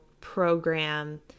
program